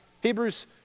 Hebrews